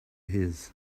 his